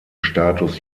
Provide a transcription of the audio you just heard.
status